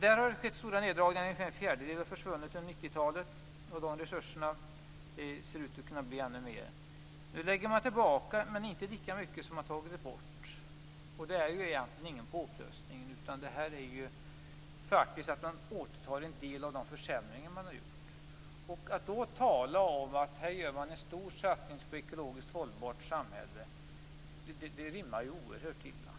Där har det skett stora neddragningar. Ungefär en fjärdedel av dessa resurser har försvunnit under 90-talet. Det ser ut att kunna bli ännu fler. Nu lägger man tillbaka, men inte lika mycket som man har tagit bort. Det är ju egentligen ingen utökning. Detta innebär faktiskt att man återställer en del av de försämringar man har gjort. Att då tala om att man gör en stor satsning på ett ekologiskt hållbart samhälle rimmar oerhört illa.